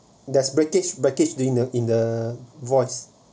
there's breakage breakage during the in the voice